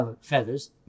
feathers